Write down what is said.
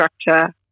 structure